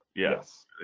Yes